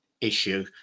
issue